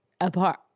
apart